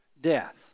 death